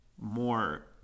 more